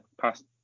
past